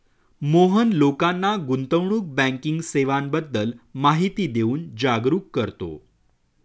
मोहन लोकांना गुंतवणूक बँकिंग सेवांबद्दल माहिती देऊन जागरुक करतो